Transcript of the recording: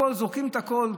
זורקים את הכול,